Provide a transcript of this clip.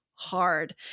hard